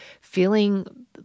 feeling